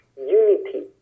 unity